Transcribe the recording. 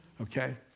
okay